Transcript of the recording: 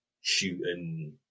shooting